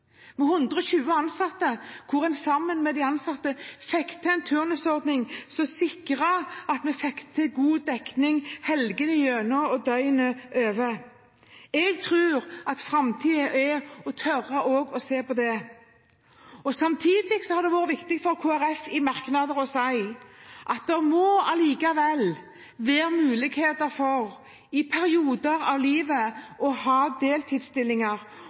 med 120 ansatte – hvor en sammen med de ansatte fikk til en turnusordning som sikret at vi fikk til god dekning helgene gjennom og døgnet rundt. Jeg tror at framtiden er å tørre å se på det også. Samtidig har det vært viktig for Kristelig Folkeparti å si i merknadene at det må allikevel være muligheter for i perioder av livet å ha deltidsstillinger,